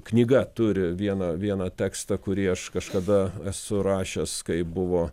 knyga turi vieną vieną tekstą kurį aš kažkada esu rašęs kai buvo